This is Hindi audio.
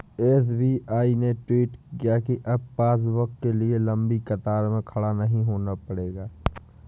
एस.बी.आई ने ट्वीट किया कि अब पासबुक के लिए लंबी कतार में खड़ा नहीं होना पड़ेगा